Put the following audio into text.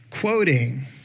quoting